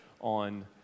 on